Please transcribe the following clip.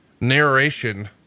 narration